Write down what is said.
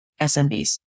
SMBs